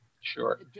Sure